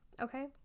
okay